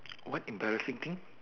what embarrassing thing